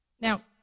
Now